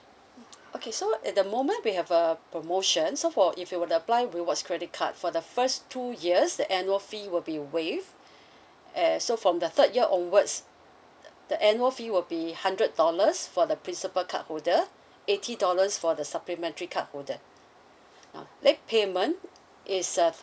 okay so at the moment we have a promotion so for if you would apply rewards credit card for the first two years the annual fee will be waived and so from the third year onwards the annual fee will be hundred dollars for the principal card holder eighty dollars for the supplementary card holder now late payment is uh